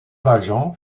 valjean